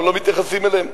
אנחנו לא מתייחסים אליהם.